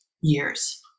years